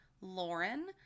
Lauren